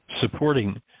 supporting